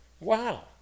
Wow